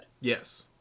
yes